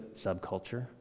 subculture